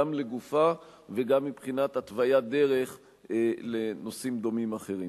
גם לגופה וגם מבחינת התוויית דרך לנושאים דומים אחרים.